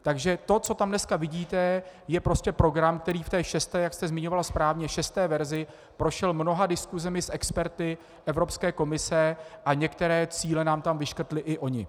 Takže to, co tam dneska vidíte, je prostě program, který v té šesté, jak jste zmiňoval správně, v šesté verzi prošel mnoha diskusemi s experty Evropské komise, a některé cíle nám tam vyškrtli i oni.